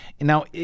Now